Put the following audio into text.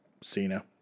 Cena